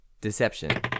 Deception